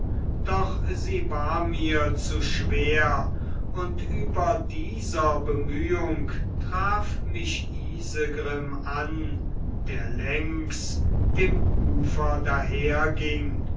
doch sie war mir zu schwer und über dieser bemühung traf mich isegrim an der längs dem ufer